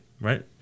right